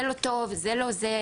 זה לא טוב, זה לא זה.